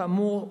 כאמור,